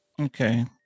Okay